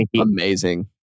amazing